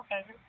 Okay